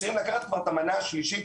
לצעירים לקחת כבר את המנה השלישית.